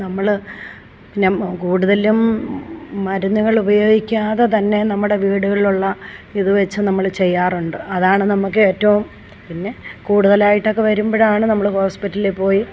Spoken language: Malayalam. നമ്മൾ ഞാൻ കൂടുതലും മരുന്നുകൾ ഉപയോഗിക്കാതെ തന്നെ നമ്മുടെ വീടുകളിലുള്ള ഇത് വച്ചും നമ്മൾ ചെയ്യാറുണ്ട് അതാണ് നമുക്കേറ്റവും പിന്നെ കൂടുതലായിട്ടൊക്കെ വരുമ്പോഴാണ് നമ്മൾ ഹോസ്പിറ്റലി പോയി